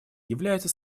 являются